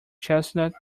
chestnut